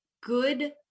Good